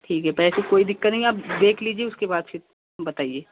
ठीक है पैसे की कोई दिक़्क़त नहीं है आप देख लीजिए उसके बाद फिर बताइए